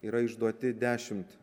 yra išduoti dešimt